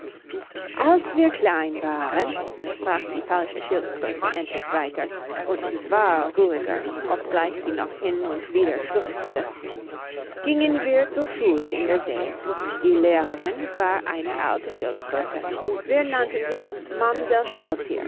als wir klein waren sprach die falsche schildkröte endlich weiter und zwar ruhiger obgleich sie noch hin und wieder schluchzte gingen wir zur schule in der see die lehrerin war eine alte schildkröte wir nannten sie